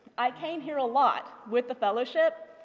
i came here a lot with the fellowship,